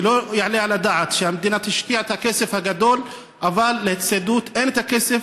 כי לא יעלה על הדעת שהמדינה תשקיע את הכסף הגדול אבל להצטיידות אין כסף.